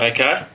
Okay